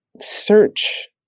search